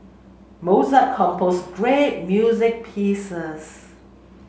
Mozart compose great music pieces